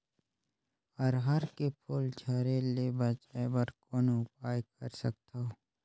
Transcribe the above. अरहर के फूल झरे ले बचाय बर कौन उपाय कर सकथव?